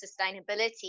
sustainability